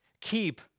keep